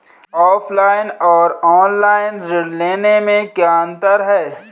Offline और online ऋण लेने में क्या अंतर है?